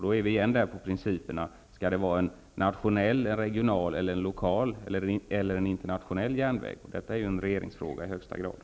Då är vi återigen vid principfrågan om det skall vara en nationell, regional, lokal eller internationell järnväg. Detta är i högsta grad en regeringsfråga.